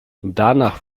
danach